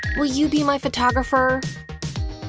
will you be my photographer?